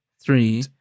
Three